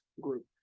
group